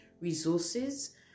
resources